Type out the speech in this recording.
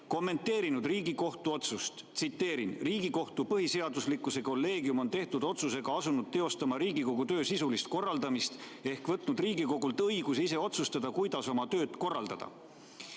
kommenteerinud Riigikohtu otsust. Tsiteerin: "Riigikohtu põhiseaduslikkuse kolleegium on tehtud otsusega asunud teostama Riigikogu töö sisulist korraldamist ehk võtnud Riigikogult õiguse ise otsustada, kuidas oma tööd korraldada.